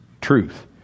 truth